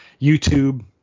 YouTube